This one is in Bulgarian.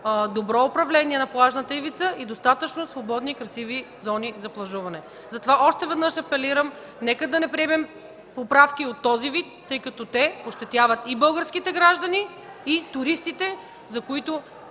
добро управление на плажната ивица и достатъчно свободни и красиви зони за плажуване. Затова още веднъж апелирам – нека да не приемаме поправки от този вид, тъй като те ощетяват и българските граждани, и туристите, за които